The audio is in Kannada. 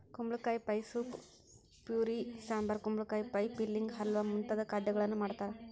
ಕುಂಬಳಕಾಯಿ ಪೈ ಸೂಪ್ ಪ್ಯೂರಿ ಸಾಂಬಾರ್ ಕುಂಬಳಕಾಯಿ ಪೈ ಫಿಲ್ಲಿಂಗ್ ಹಲ್ವಾ ಮುಂತಾದ ಖಾದ್ಯಗಳನ್ನು ಮಾಡ್ತಾರ